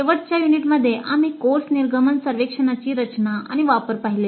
शेवटच्या युनिटमध्ये आम्ही कोर्स निर्गमन सर्वेक्षणची रचना आणि वापर पाहिले